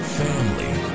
family